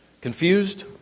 Confused